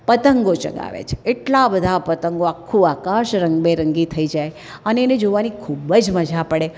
પતંગો ચગાવે છે એટલા બધા પતંગો આખું આકાશ રંગબેરંગી થઈ જાય અને એને જોવાની ખૂબ જ મજા પડે